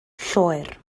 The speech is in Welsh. lloer